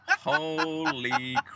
Holy